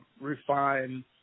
refine